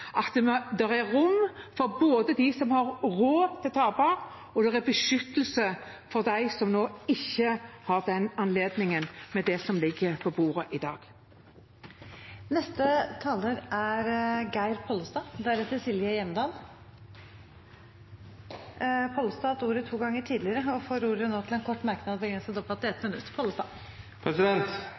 at det både er rom for dem som har råd til å tape, og beskyttelse for dem som ikke har den anledningen, med det som ligger på bordet i dag. Representanten Geir Pollestad har hatt ordet to ganger tidligere og får ordet til en kort merknad, begrenset til 1 minutt.